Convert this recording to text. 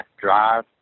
Drive